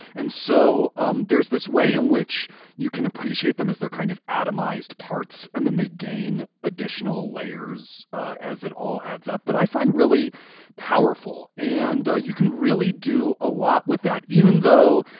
and so um there's this way in which you can appreciate them as they're kind of atomized parts and then they gain additional layers as it all adds up. that i find really powerful. and you can really do a lot with that, even though,